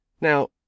Now